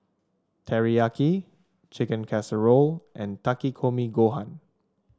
Teriyaki Chicken Casserole and Takikomi Gohan